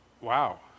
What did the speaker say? wow